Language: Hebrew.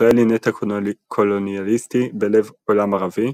ישראל היא נטע קולוניאליסטי בלב עולם ערבי,